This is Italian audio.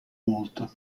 molto